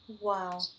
Wow